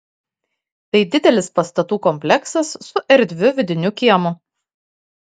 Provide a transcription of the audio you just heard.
tai didelis pastatų kompleksas su erdviu vidiniu kiemu